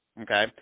okay